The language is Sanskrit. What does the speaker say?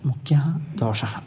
मुख्यः दोषः